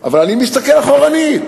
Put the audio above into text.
אבל אני מסתכל אחורנית